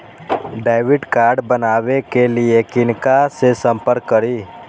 Debit card बनावे के लिए किनका से संपर्क करी?